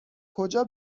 کجا